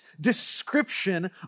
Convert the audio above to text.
description